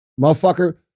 motherfucker